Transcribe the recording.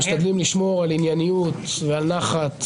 משתדלים לשמור על ענייניות ועל נחת.